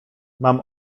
mam